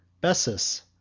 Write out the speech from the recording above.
Bessus